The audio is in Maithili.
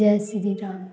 जय श्रीराम